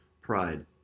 pride